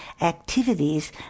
activities